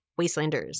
Wastelanders